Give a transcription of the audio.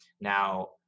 Now